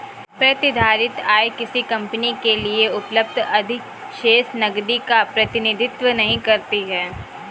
प्रतिधारित आय किसी कंपनी के लिए उपलब्ध अधिशेष नकदी का प्रतिनिधित्व नहीं करती है